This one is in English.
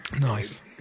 Nice